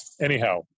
Anyhow